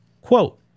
Quote